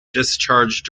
discharged